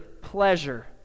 pleasure